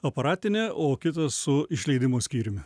aparatine o kitas su išleidimo skyriumi